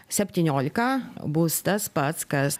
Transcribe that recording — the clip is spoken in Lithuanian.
septyniolika bus tas pats kas